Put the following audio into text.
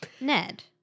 Ned